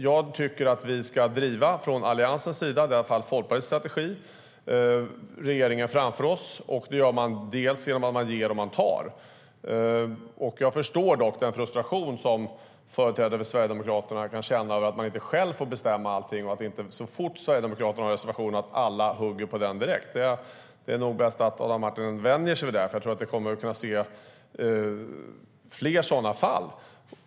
Jag tycker att vi från Alliansens sida ska driva regeringen framför oss; det är i alla fall Folkpartiets strategi. Det gör vi genom att vi ger och tar. Jag förstår den frustration som företrädare för Sverigedemokraterna kan känna över att de inte själva får bestämma allt och att inte alla så snart Sverigedemokraterna har en reservation hugger på den direkt. Det är nog bäst att Adam Marttinen vänjer sig vid det, för jag tror att det kommer fler sådana tillfällen.